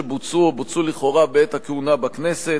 שבוצעו או בוצעו לכאורה בעת הכהונה בכנסת.